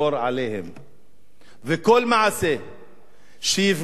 וכל מעשה שיפגע בכך